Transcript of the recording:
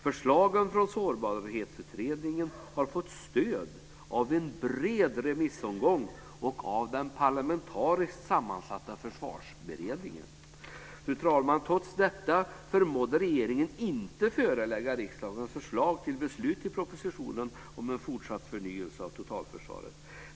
Förslagen från Sårbarhetsutredningen har fått stöd av en bred remissomgång och av den parlamentariskt sammansatta Försvarsberedningen. Fru talman! Trots detta förmådde regeringen inte förelägga riksdagen förslag till beslut i propositionen Fortsatt förnyelse av totalförsvaret.